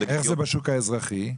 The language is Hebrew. איך זה בשוק האזרחי?